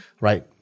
right